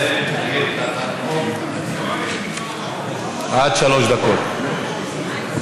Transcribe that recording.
חבריי חברי הכנסת, 23 שנה